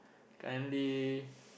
currently